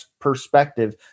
perspective